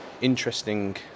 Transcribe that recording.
interesting